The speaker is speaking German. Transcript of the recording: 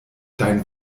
dein